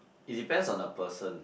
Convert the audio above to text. it depends on the person